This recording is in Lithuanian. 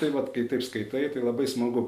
tai vat kai taip skaitai tai labai smagu